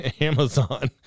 Amazon